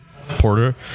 porter